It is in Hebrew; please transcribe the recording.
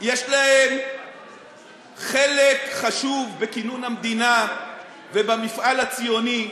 יש להם חלק חשוב בכינון המדינה ובמפעל הציוני.